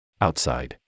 Outside